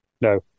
No